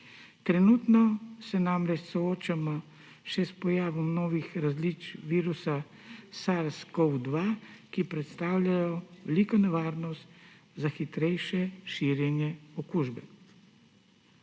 Trenutno se namreč soočamo še s pojavom novih različic virusa SARS-CoV-2, ki predstavljajo veliko nevarnost za hitrejše širjenje okužbe.